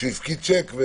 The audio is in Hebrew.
של הפקדת שיק.